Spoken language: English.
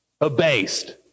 abased